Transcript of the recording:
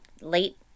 late